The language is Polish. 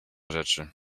rzeczy